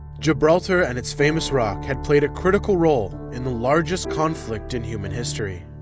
gibraltar and its famous rock had played a critical role in the largest conflict in human history.